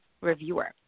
reviewer